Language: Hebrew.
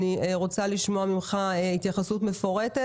אני רוצה לשמוע ממך התייחסות מפורטת